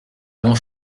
grand